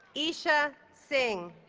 isha singh